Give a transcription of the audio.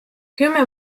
kümme